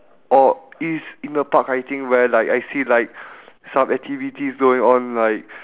oh is in the park I think where like I see like some activities going on like